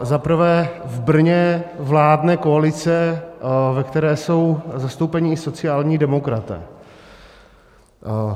Za prvé, v Brně vládne koalice, ve které jsou zastoupeni i sociální demokraté.